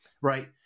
right